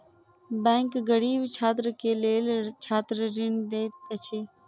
bank गरीब छात्र के लेल छात्र ऋण दैत अछि